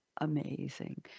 amazing